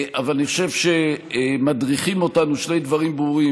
אבל אני חושב שמדריכים אותנו שני דברים ברורים.